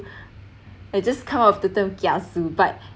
they just come of the term kiasu but